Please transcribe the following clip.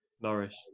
Norris